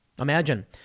Imagine